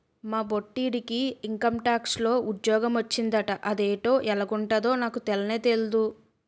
మా బొట్టిడికి ఇంకంటాక్స్ లో ఉజ్జోగ మొచ్చిందట అదేటో ఎలగుంటదో నాకు తెల్నే తెల్దు